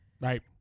Right